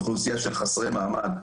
אוכלוסייה של חסרי מעמד,